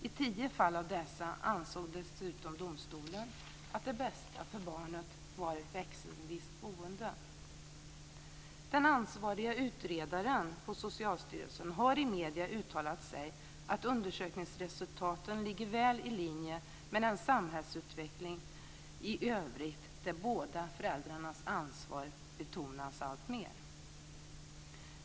I tio fall av dessa ansåg dessutom domstolen att det bästa för barnet var ett växelvis boende. Den ansvariga utredaren på Socialstyrelsen har i medierna uttalat sig om att undersökningsresultaten ligger väl i linje med samhällsutvecklingen i övrigt, där båda föräldrarnas ansvar betonas alltmer.